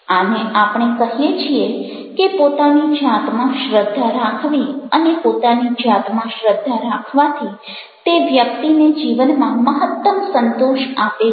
આને આપણે કહીએ છીએ કે પોતની જાતમાં શ્રદ્ધા રાખવી અને પોતાની જાતમાં શ્રદ્ધા રાખવાથી તે વ્યક્તિને જીવનમાં મહત્તમ સંતોષ આપે છે